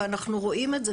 ואנחנו רואים את זה,